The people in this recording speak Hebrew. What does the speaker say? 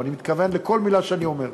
ואני מתכוון לכל מילה שאני אומר.